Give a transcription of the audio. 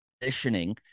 positioning